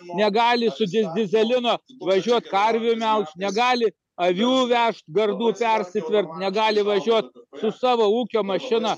negali su dy dyzelinu važiuot karvių melžt negali avių vežt gardų persitvert negali važiuot su savo ūkio mašina